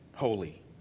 holy